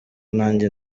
nanjye